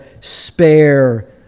spare